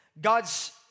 God's